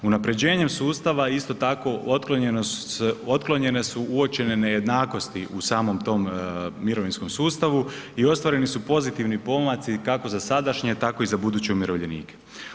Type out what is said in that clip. Unapređenjem sustava isto tako otklonjene su uočene nejednakosti u samom tom mirovinskom sustavu i ostvareni su pozitivni pomaci kako za sadašnje tako i za buduće umirovljenike.